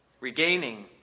Regaining